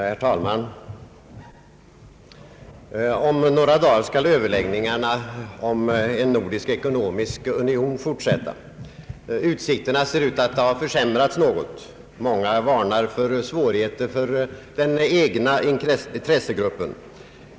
Herr talman! Om några dagar skall överläggningarna om en nordisk ekonomisk union fortsätta. Utsikterna ser ut att ha försämrats något. Många varnar för svårigheter för den egna intressegruppen.